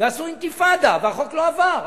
ועשו אינתיפאדה, והחוק לא עבר.